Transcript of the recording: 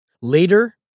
Later